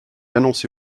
annoncé